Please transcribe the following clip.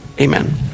Amen